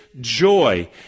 joy